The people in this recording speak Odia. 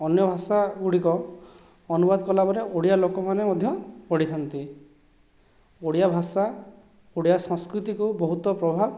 ଅନ୍ୟଭାଷା ଗୁଡ଼ିକ ଅନୁବାଦ କଲାପରେ ଓଡ଼ିଆ ଲୋକମାନେ ମଧ୍ୟ ପଢ଼ିଥାନ୍ତି ଓଡ଼ିଆ ଭାଷା ଓଡ଼ିଆ ସଂସ୍କୃତିକୁ ବହୁତ ପ୍ରଭାବ